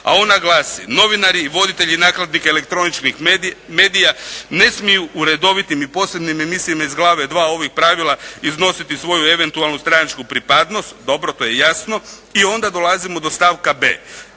a ona glasi: Novinari i voditelji nakladnika elektroničkih medija ne smiju u redovitim i posebnim emisijama iz Glave II. ovih pravila iznositi svoju eventualnu stranačku pripadnost, dobro, to je jasno. I onda dolazimo do stavka b.